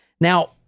now